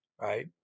right